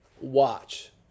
watch